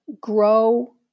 grow